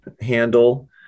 handle